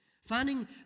Finding